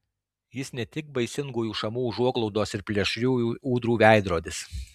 jis ne tik baisingųjų šamų užuoglaudos ir plėšriųjų ūdrų veidrodis